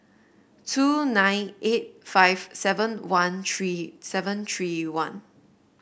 two nine eight five seven one three seven three one